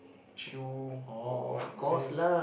shoe or what or not eh